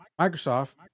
Microsoft